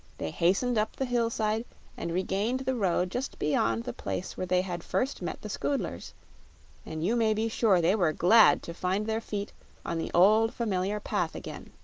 they hastened up the hillside and regained the road just beyond the place where they had first met the scoodlers and you may be sure they were glad to find their feet on the old familiar path again.